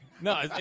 No